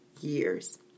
years